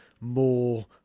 more